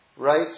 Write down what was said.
Right